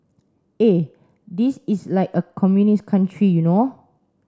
eh this is like a communist country you know